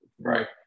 Right